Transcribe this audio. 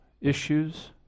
issues